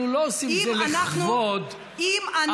אנחנו לא עושים את זה לכבוד העסקים.